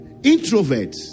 introverts